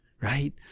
right